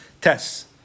Tests